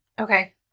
Okay